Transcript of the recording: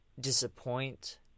disappoint